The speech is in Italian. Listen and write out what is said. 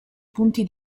punti